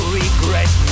regret